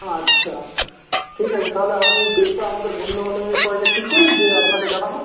আচ্ছা ঠিক আছে তাহলে আমি ডেটটা আমাদের বন্ধুবান্ধবদের সবাইকে ঠিক করি দিয়ে আপনাকে জানাব